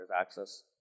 access